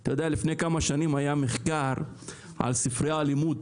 אתה יודע לפני כמה שנים היה מחקר על ספרי אלימות